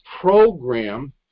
program